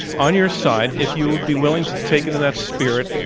on your side, if you would be willing to take into that spirit,